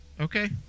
Okay